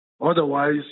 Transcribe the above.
Otherwise